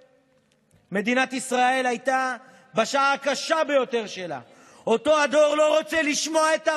כרגע אותו הדור שקראו לו דור ה-Y, אותו דור שאמרו: